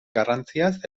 garrantziaz